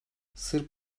sırp